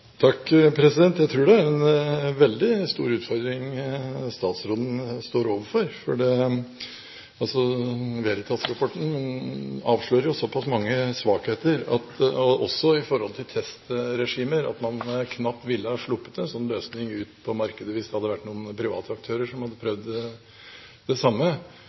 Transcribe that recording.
Jeg tror det er en veldig stor utfordring statsråden står overfor, for Veritas-rapporten avslører såpass mange svakheter, også i forhold til testregime, at man knapt ville ha sluppet en sånn løsning ut på markedet hvis det hadde vært private aktører som hadde prøvd det samme.